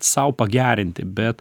sau pagerinti bet